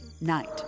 night